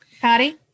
Patty